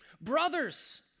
brothers